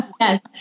Yes